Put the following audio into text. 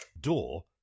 Door